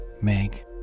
Meg